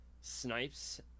snipes